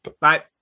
Bye